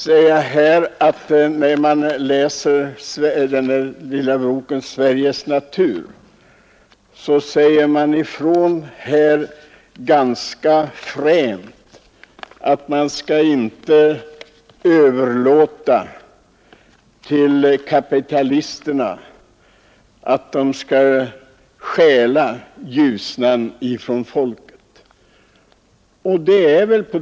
I den lilla boken ”Sveriges natur” sägs det ganska fränt ifrån att man inte skall tillåta kapitalisterna att stjäla Ljusnan från folket.